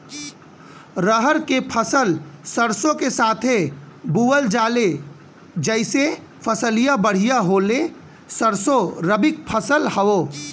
रहर क फसल सरसो के साथे बुवल जाले जैसे फसलिया बढ़िया होले सरसो रबीक फसल हवौ